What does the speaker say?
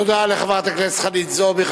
תודה לחברת הכנסת חנין זועבי.